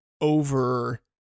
over